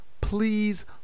Please